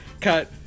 Cut